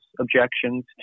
objections